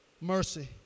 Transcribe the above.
Mercy